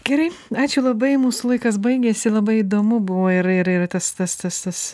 gerai ačiū labai mūsų laikas baigėsi labai įdomu buvo ir ir tas tas tas tas